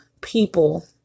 people